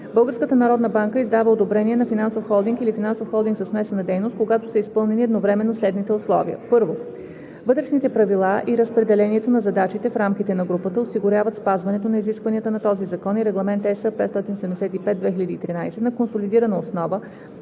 Българската народна банка издава одобрение на финансов холдинг или финансов холдинг със смесена дейност, когато са изпълнени едновременно следните условия: 1. вътрешните правила и разпределението на задачите в рамките на групата осигуряват спазването на изискванията на този закон и Регламент (ЕС) № 575/2013 на консолидирана основа